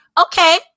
Okay